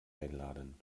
einladen